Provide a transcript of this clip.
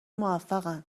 موفقن